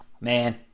Man